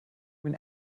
when